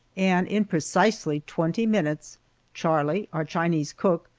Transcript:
and in precisely twenty minutes charlie, our chinese cook,